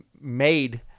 made